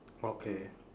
okay